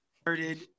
started